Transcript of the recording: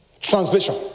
Translation